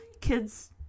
kids